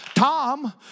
Tom